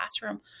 classroom